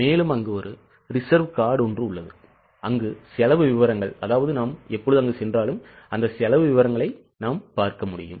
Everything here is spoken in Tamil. மேலும் அங்கு ஒரு ரிசர்வ் காடு உள்ளது அங்கு செலவு விவரங்களும் குறிப்பிடப்பட்டுள்ளன